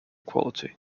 quality